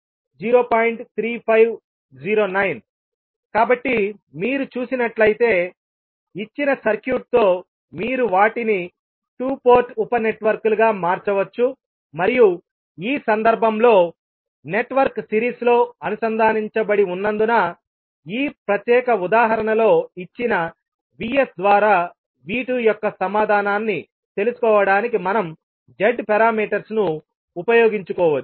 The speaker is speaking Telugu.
3509 కాబట్టి మీరు చూసినట్లయితే ఇచ్చిన సర్క్యూట్తో మీరు వాటిని 2 పోర్ట్ ఉప నెట్వర్క్లుగా మార్చవచ్చు మరియు ఈ సందర్భంలో నెట్వర్క్ సిరీస్లో అనుసంధానించబడి ఉన్నందున ఈ ప్రత్యేక ఉదాహరణలో ఇచ్చిన VS ద్వారా V 2 యొక్క సమాధానాన్ని తెలుసుకోవడానికి మనం Z పారామీటర్స్ ను ఉపయోగించుకోవచ్చు